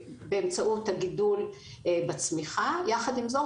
באמצעות הגידול בצמיחה יחד עם זאת,